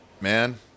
Man